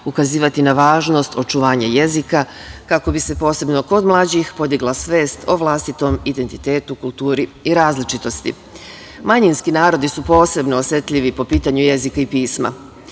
ukazivati na važnost očuvanja jezika, kako bi se posebno kod mlađih podigla svest o vlastitom identitetu, kulturi i različitosti. Manjinski narodi su posebno osetljivi po pitanju jezika i pisma.